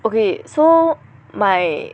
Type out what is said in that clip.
okay so my